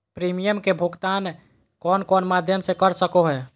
Premium के भुक्तान कौन कौन माध्यम से कर सको है?